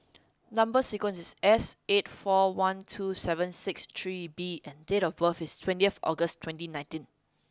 number sequence is S eight four one two seven six three B and date of birth is twentieth August twenty nineteen